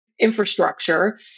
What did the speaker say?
infrastructure